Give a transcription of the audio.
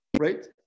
right